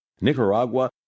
Nicaragua